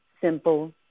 simple